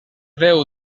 veu